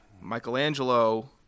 Michelangelo